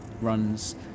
runs